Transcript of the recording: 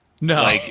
No